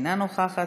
אינה נוכחת,